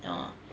your